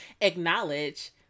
acknowledge